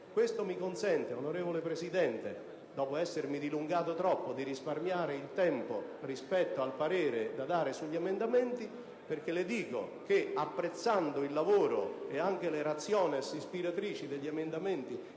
Ciò mi consente, onorevole Presidente, dopo essermi dilungato troppo, di risparmiare il tempo rispetto al parere da dare sugli emendamenti perché, apprezzando il lavoro e anche la *ratio* ispiratrice degli emendamenti